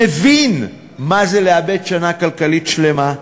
מבין מה זה לאבד שנה כלכלית שלמה,